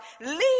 leave